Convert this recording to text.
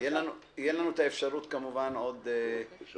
תהיה לנו כמובן עוד אפשרות